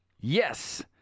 Yes